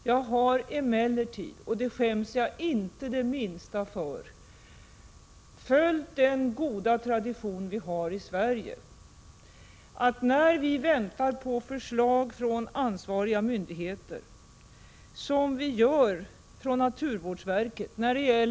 Jag har emellertid — och det skäms jag inte det minsta för — följt den goda tradition vi har i Sverige att jag, när vi väntar på förslag från ansvariga myndigheter, inte yxar till några enkla ” lösningar på egen hand.